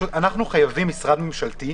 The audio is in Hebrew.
משרד ממשלתי.